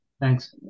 thanks